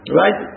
right